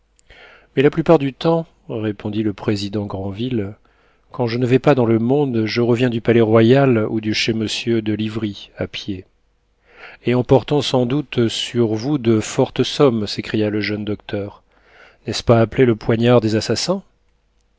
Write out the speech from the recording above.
mais la plupart du temps répondit le président granville quand je ne vais pas dans le monde je reviens du palais-royal ou de chez monsieur de livry à pied et en portant sans doute sur vous de fortes sommes s'écria le jeune docteur n'est-ce pas appeler le poignard des assassins